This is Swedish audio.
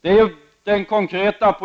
Det är den konkreta